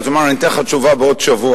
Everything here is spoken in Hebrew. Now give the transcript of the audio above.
אז הוא אמר: אני אתן לך תשובה בעוד שבוע.